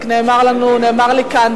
נכבדי השרים